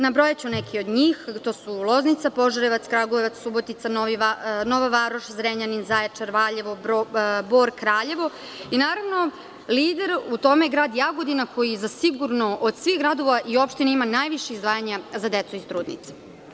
Nabrojaću neke od njih, to su Loznica, Požarevac, Kragujevac, Subotica, Nova Varoš, Zrenjanin, Zaječar, Valjevo, Bor, Kraljevo i naravno lider u tome grad Jagodina koji zasigurno od svih gradova i opština ima najviše izdvajanja za decu i trudnice.